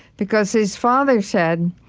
because, his father said,